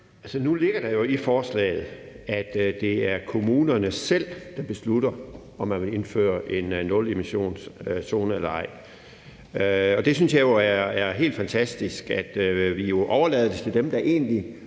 Nu ligger der jo i forslaget, at det er kommunerne selv, der beslutter, om de vil indføre en nulemissionszone eller nej. Og det synes jeg jo er helt fantastisk, altså at vi jo overlader det til dem, der egentlig